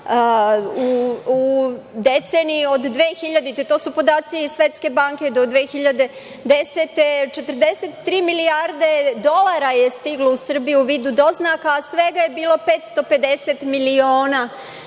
u deceniji od 2000. godine, to su podaci Svetske banke, do 2010. godine je 43 milijarde dolara je stiglo u Srbiju u vidu doznaka, svega je bilo 550 miliona dolara